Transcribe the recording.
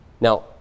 Now